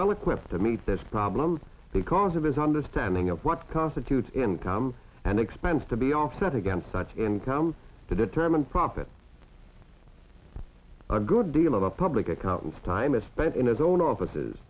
well equipped to meet this problem because of his understanding of what constitutes income and expense to be offset against such income to determine profit a good deal of the public accountants time is spent in his own offices